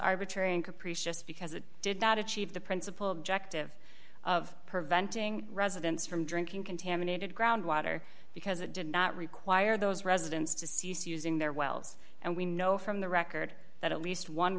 arbitrary and capricious because it did not achieve the principal objective of preventing residents from drinking contaminated ground water because it did not require those residents to cease using their wells and we know from the record that at least one